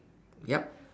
yup